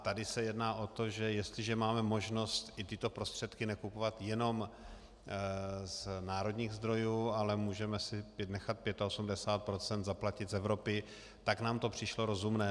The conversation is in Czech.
Tady se jedná o to, že jestliže máme možnost i tyto prostředky nakupovat jenom z národních zdrojů, ale můžeme si nechat 85 % zaplatit z Evropy, tak nám to přišlo rozumné.